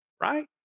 right